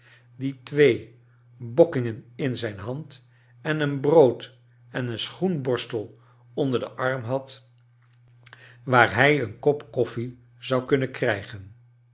die twee bokkingen in zijn hand en een brood en een schoenborstel onder den arm had waar hij een kop koffie zou kunnen krijgen